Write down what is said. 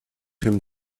him